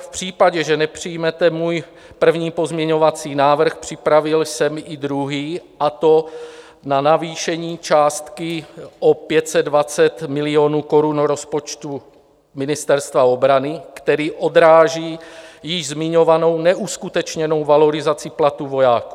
V případě, že nepřijmete můj první pozměňovací návrh, připravil jsem i druhý, a to na navýšení částky o 520 milionů korun rozpočtu Ministerstva obrany, který odráží již zmiňovanou neuskutečněnou valorizaci platu vojáků.